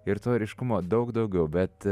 ir to ryškumo daug daugiau bet